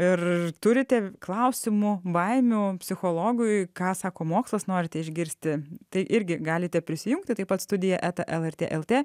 ir turite klausimų baimių psichologui ką sako mokslas norite išgirsti tai irgi galite prisijungti taip pat studija eta lrt el t